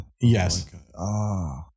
Yes